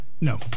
No